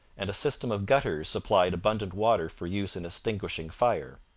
and a system of gutters supplied abundant water for use in extinguishing fire.